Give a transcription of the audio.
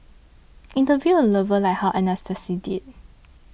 interview your lover like how Anastasia did